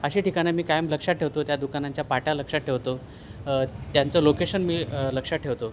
अशी ठिकाणं मी कायम लक्षात ठेवतो त्या दुकानाच्या पाट्या लक्षात ठेवतो त्यांचं लोकेशन मी लक्षात ठेवतो